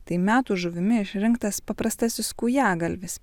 tai metų žuvimi išrinktas paprastasis kūjagalvis